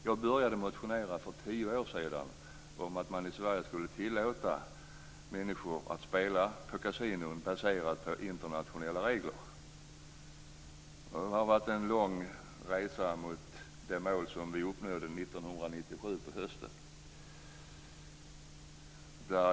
Jag började motionera för tio år sedan om att man i Sverige skulle tillåta människor att spela på kasinon baserade på internationella regler. Det har varit en lång resa mot det mål som vi uppnådde på hösten 1997.